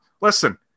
listen